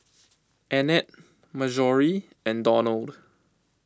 Annette Marjorie and Donald